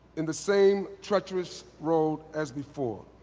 in the same treacherous road as before.